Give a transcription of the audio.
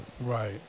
right